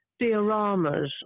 dioramas